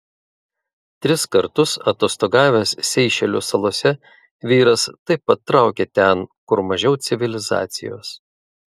tris kartus atostogavęs seišelių salose vyras taip pat traukė ten kur mažiau civilizacijos